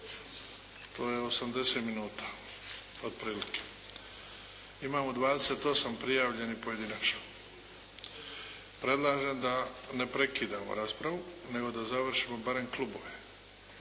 To je 80 minuta otprilike. Imamo 28 prijavljenih pojedinačno. Predlažem da ne prekidamo raspravu, nego da završimo barem klubove,